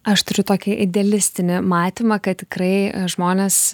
aš turiu tokį idealistinį matymą kad tikrai žmonės